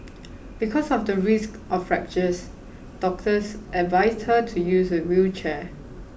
because of the risk of fractures doctors advised her to use a wheelchair